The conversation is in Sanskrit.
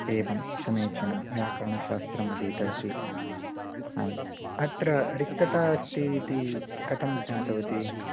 एवं समीचीनं व्याकरणशास्त्रमधीतवती आम् अत्र रिक्तता अस्ति इति कथं ज्ञातवती